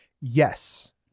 Yes